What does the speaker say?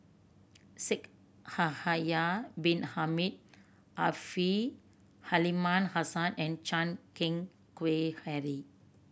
Shaikh Yahya Bin Ahmed Afifi Aliman Hassan and Chan Keng Howe Harry